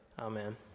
Amen